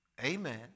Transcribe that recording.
Amen